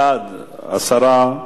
בעד 10,